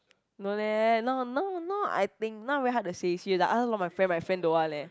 no leh no no no I think now very hard to say serious I ask a lot of my friend my friend don't want leh